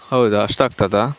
ಹೌದಾ ಅಷ್ಟಾಗ್ತದ